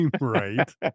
right